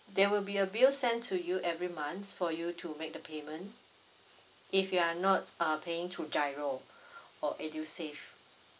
there will be a bill sent to you every months for you to make the payment if you are not uh paying through GIRO or edusave